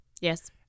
Yes